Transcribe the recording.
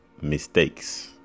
mistakes